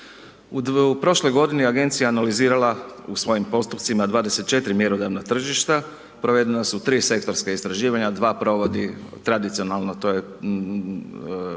U prošloj godini agencija je analizirala u svojim postupcima 24 mjerodavna tržišta, provedena su tri sektorska istraživanja, 2 provodi tradicionalno, to je